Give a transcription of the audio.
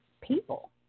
people